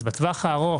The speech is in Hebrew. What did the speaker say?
אז בטווח הארוך,